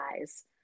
Eyes